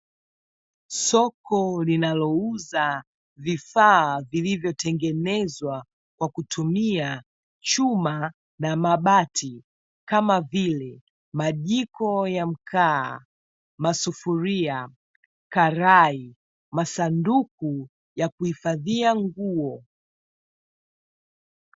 Soko linalouza, vifaa vilivyotengenezwa kwa kutumia chuma, na mabati, kama vile majiko ya mkaa, masufuria, karai, masanduku ya kuhifadhia nguo.